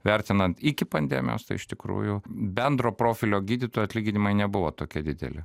vertinant iki pandemijos tai iš tikrųjų bendro profilio gydytojų atlyginimai nebuvo tokie dideli